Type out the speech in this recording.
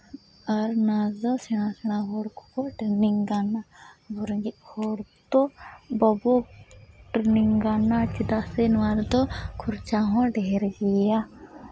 ᱟᱨ ᱱᱚᱣᱟ ᱫᱚ ᱥᱮᱬᱟ ᱥᱮᱬᱟ ᱦᱚᱲ ᱠᱚᱠᱚ ᱴᱨᱮᱱᱤᱝ ᱠᱟᱱᱟ ᱟᱵᱚ ᱨᱮᱸᱜᱮᱡ ᱦᱚᱲ ᱵᱟᱵᱚ ᱴᱨᱮᱱᱤᱝ ᱠᱟᱱᱟ ᱪᱮᱫᱟᱜ ᱥᱮ ᱱᱚᱣᱟ ᱨᱮᱫᱚ ᱠᱷᱚᱨᱪᱟ ᱦᱚᱸ ᱰᱷᱮᱨ ᱜᱮᱭᱟ